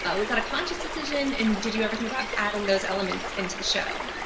was that a conscious decision and did you ever think about adding those elements into the show?